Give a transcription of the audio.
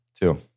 Two